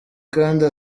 kandi